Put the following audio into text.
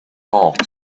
hawks